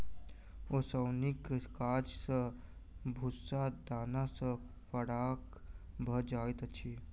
ओसौनीक काज सॅ भूस्सा दाना सॅ फराक भ जाइत अछि